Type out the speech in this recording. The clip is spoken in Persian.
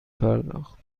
پرداخت